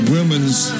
Women's